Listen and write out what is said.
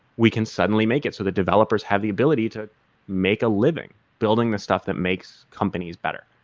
we can suddenly make it, so that developers have the ability to make a living, building the stuff that makes companies better,